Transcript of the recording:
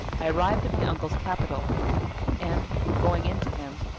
i arrived at my uncle's capital and, going in to him,